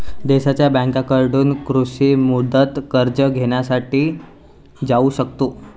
देशांच्या बँकांकडून कृषी मुदत कर्ज घेण्यासाठी जाऊ शकतो